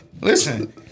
Listen